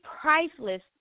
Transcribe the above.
priceless